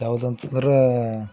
ಯಾವುದು ಅಂತಂದ್ರೆ